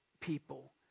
people